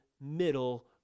middle